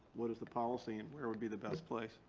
what is the policy and where would be the best place?